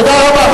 תודה רבה.